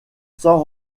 sans